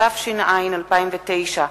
התש”ע 2009,